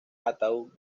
ataúd